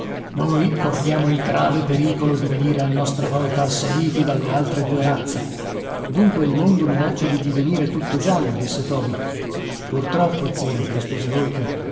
noi corriamo il grave pericolo di venire a nostra volta assaliti dalle altre due razze dunque il mondo minaccia di divenire tutto giallo disse toby purtroppo zio rispose holker